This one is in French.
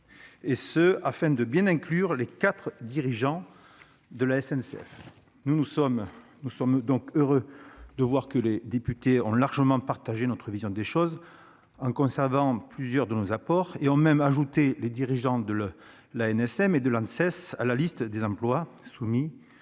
et ce afin de bien inclure les quatre dirigeants de la SNCF. Nous sommes heureux de constater que les députés ont largement partagé notre vision des choses, en conservant plusieurs de nos apports, et qu'ils ont même ajouté les dirigeants de l'ANSM et de l'Anses à la liste des emplois soumis